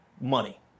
money